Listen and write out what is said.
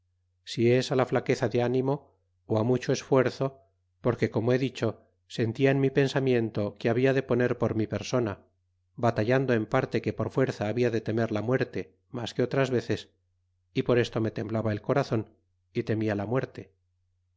si es flaqueza de ánimo mucho esfuerzo porque como he dicho sentia en mi pensamiento que habia de poner por mi persona batallando en parte que por fuerza habia de temer la muerte mas que otras veces y por esto me temblaba el corazon y temia la muerte